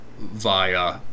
via